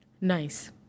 Nice